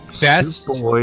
Best